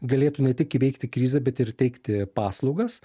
galėtų ne tik įveikti krizę bet ir teikti paslaugas